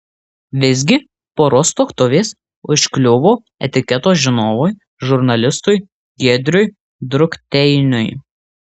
visgi poros tuoktuvės užkliuvo etiketo žinovui žurnalistui giedriui drukteiniui